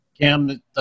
Cam